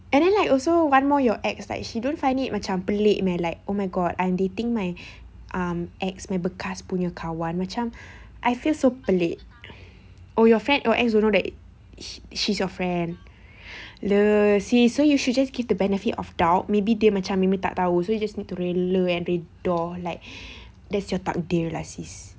and then like also one more your ex like she don't find it macam pelik meh like oh my god I'm dating my um ex my bekas punya kawan macam I feel so pelik oh your friend your ex don't know that sh~ she's your friend lah sis so you should just give the benefit of doubt maybe they macam maybe tak tahu so you just need to rela and redha like that's your takdir lah sis